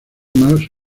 más